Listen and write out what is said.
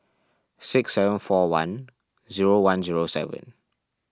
six seven four one zero one zero seven